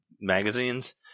magazines